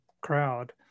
crowd